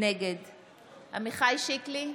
נגד עמיחי שיקלי,